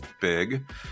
big